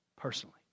personally